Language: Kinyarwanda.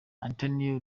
antonio